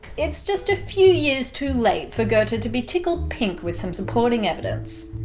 it's just a few years too late for goethe to be tickled pink with some supporting evidence.